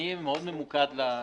אהיה ממוקד מאוד.